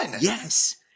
Yes